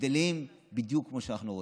גדלים בדיוק כמו שאנחנו רוצים.